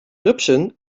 rupsen